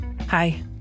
Hi